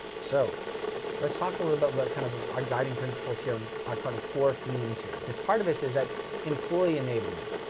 so let's talk a little about but but kind of our guiding principles here, and our kinda core themes here, because part of this is that employee enablement.